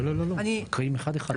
לא, לא, לא, מקריאים אחד אחד.